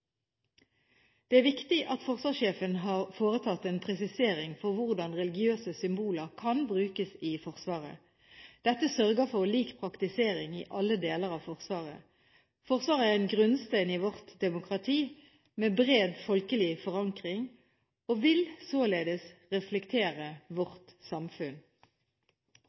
Det er viktig at forsvarssjefen har foretatt en presisering av hvordan religiøse symboler kan brukes i Forsvaret. Dette sørger for lik praktisering i alle deler av Forsvaret. Forsvaret er en grunnsten i vårt demokrati, med bred folkelig forankring, og vil således reflektere vårt samfunn.